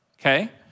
okay